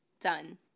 Done